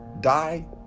die